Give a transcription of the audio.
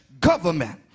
government